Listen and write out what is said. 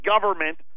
government